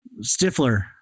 Stifler